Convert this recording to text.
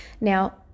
now